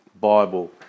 Bible